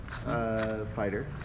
Fighter